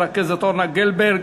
הרכזת אורנה גלברג